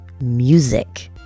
music